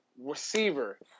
Receiver